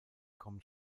kommen